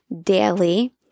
daily